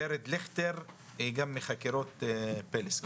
נמצאת אתנו בזום ורד ליכטר סול מחקירות פלס.